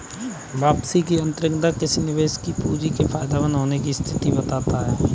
वापसी की आंतरिक दर किसी निवेश की हुई पूंजी के फायदेमंद होने की स्थिति को बताता है